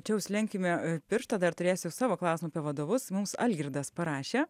čia užsilenkime pirštą dar turėsiu savo klausimą apie vadovus mums algirdas parašė